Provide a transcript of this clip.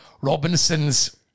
Robinson's